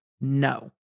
no